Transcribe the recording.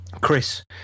chris